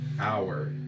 hour